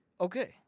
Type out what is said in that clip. Okay